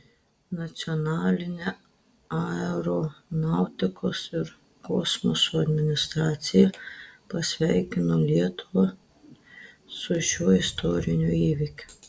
nacionalinė aeronautikos ir kosmoso administracija pasveikino lietuvą su šiuo istoriniu įvykiu